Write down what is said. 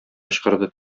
кычкырды